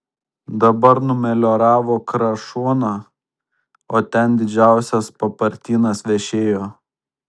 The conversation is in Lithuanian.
dabar numelioravo krašuoną o ten didžiausias papartynas vešėjo